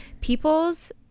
people's